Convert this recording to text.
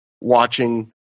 watching